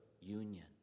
union